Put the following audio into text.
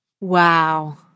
Wow